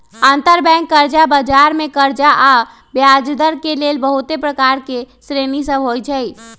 अंतरबैंक कर्जा बजार मे कर्जा आऽ ब्याजदर के लेल बहुते प्रकार के श्रेणि सभ होइ छइ